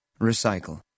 Recycle